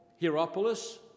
Hierapolis